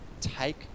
Take